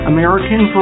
American